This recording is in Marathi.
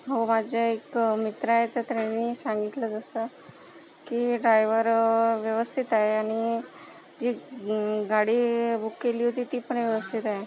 हो माझे एक मित्र आहेत तर त्यांनी सांगितलं तसं की ड्रायव्हर व्यवस्थित आहे आणि जी गाडी बुक केली होती ती पण व्यवस्थित आहे